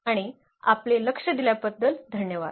आणि आपले लक्ष दिल्याबद्दल धन्यवाद